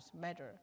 matter